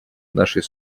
нашей